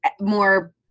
more